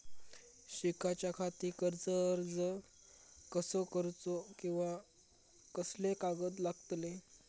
शिकाच्याखाती कर्ज अर्ज कसो करुचो कीवा कसले कागद लागतले?